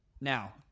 Now